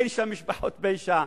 אין שם משפחות פשע,